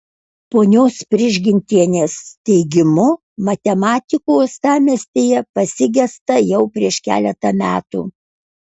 ponios prižgintienės teigimu matematikų uostamiestyje pasigesta jau prieš keletą metų